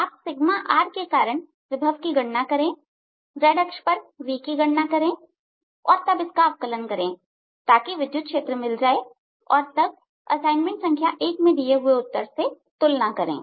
आप के कारण विभव की गणना करें z अक्ष पर v की गणना करें और तब इसका अवकलन करें ताकि विद्युत क्षेत्र मिल जाए और तब असाइनमेंट संख्या 1 में दिए हुए उत्तर से तुलना करें